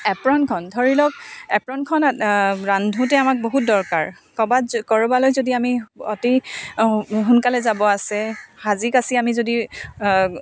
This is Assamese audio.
এপ্ৰনখন ধৰি লওক এপ্ৰনখন ৰান্ধোঁতে আমাক বহুত দৰকাৰ ক'বাত ক'ৰবালৈ যদি আমি অতি সোনকালে যাব আছে সাজি কাচি আমি যদি